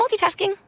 multitasking